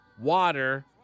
water